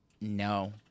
No